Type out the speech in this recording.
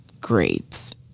grades